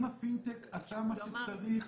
אם הפינטק עשה מה שצריך